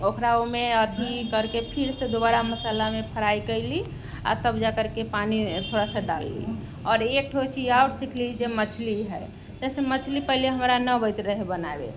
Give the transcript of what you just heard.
ओकरा ओइमे अथी करके फिर से दोबारा मसल्लामे फ्राइ कैली आओर तब जाककरे पानि थोड़ासा डालली आओर एकठो चीज आओर सिखली जे मछली हय वैसे मछली पहिले हमरा नहि आबैत रहै बनाबे